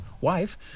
wife